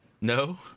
No